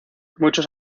muchos